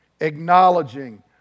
acknowledging